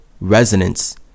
resonance